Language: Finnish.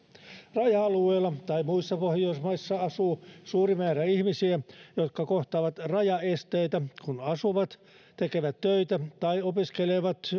raja alueilla tai muissa pohjoismaissa asuu suuri määrä ihmisiä jotka kohtaavat rajaesteitä kun asuvat tekevät töitä tai opiskelevat